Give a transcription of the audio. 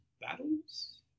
Battles